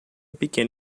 pequeno